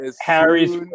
Harry's